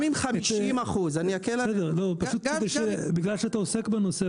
גם אם 50%. בגלל שאתה עוסק בנושא,